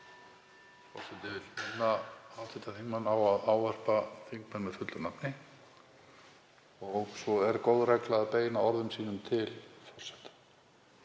Forseti vill minna hv. þingmann á að ávarpa þingmenn með fullu nafni og svo er góð regla að beina orðum sínum til forseta.